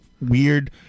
weird